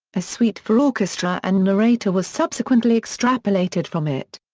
a suite for orchestra and narrator was subsequently extrapolated from it.